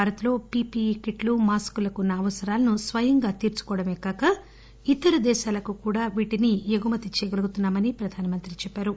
భారత్ లో P P E kit మాస్కులకు ఉన్న అవసరాలను స్వయంగా తెచ్చుకోడమే కాక ఇతర దేశాలకు కూడా వీటిని ఉత్పత్తి ఎగుమతి చేయగలుగుతున్నా మని ప్రధానమంత్రి చెప్పారు